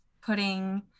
putting